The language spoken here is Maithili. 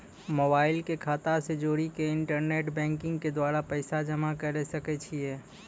मोबाइल के खाता से जोड़ी के इंटरनेट बैंकिंग के द्वारा पैसा जमा करे सकय छियै?